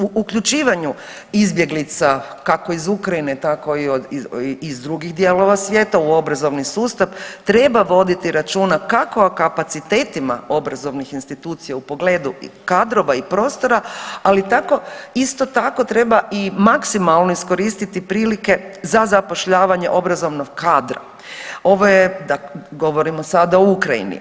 U uključivanju izbjeglica kako iz Ukrajine tako iz drugih dijelova svijeta u obrazovni sustav, treba voditi računa kako o kapacitetima obrazovnih institucija u pogledu kadrova i prostora, ali tako isto tako treba i maksimalno iskoristiti prilike za zapošljavanje obrazovnog kadra, govorimo sada o Ukrajini.